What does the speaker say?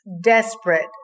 desperate